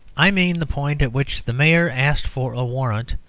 i mean the point at which the mayor asked for a warrant,